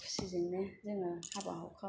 खुसिजोंनो जोङो हाबा हुखायाव